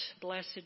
blessed